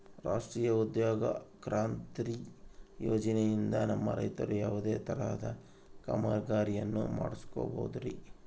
ರಾಷ್ಟ್ರೇಯ ಉದ್ಯೋಗ ಖಾತ್ರಿ ಯೋಜನೆಯಿಂದ ನಮ್ಮ ರೈತರು ಯಾವುದೇ ತರಹದ ಕಾಮಗಾರಿಯನ್ನು ಮಾಡ್ಕೋಬಹುದ್ರಿ?